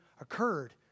occurred